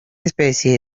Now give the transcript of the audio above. especie